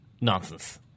nonsense